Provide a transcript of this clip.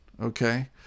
okay